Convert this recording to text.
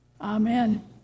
Amen